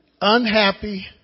unhappy